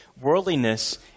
worldliness